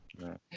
Right